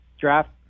draft